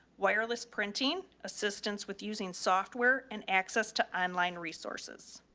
wireless printing assistance with using software and access to online resources.